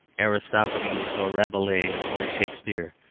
aristophanes or rabelais or shakespeare,